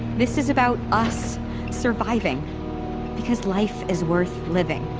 this is about us surviving because life is worth living.